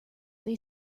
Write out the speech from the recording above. they